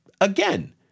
again